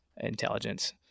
intelligence